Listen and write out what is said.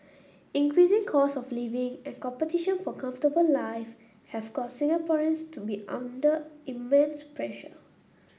increasing costs of living and competition for comfortable life have caused Singaporeans to be under immense pressure